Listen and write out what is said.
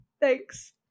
Thanks